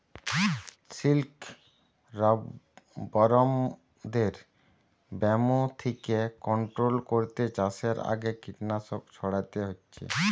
সিল্কবরমদের ব্যামো থিকে কন্ট্রোল কোরতে চাষের আগে কীটনাশক ছোড়াতে হচ্ছে